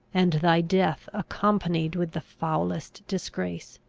and thy death accompanied with the foulest disgrace!